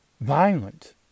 violent